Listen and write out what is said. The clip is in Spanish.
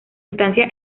estancia